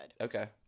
okay